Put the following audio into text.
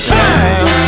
time